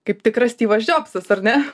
kaip tikras styvas džiopsas ar ne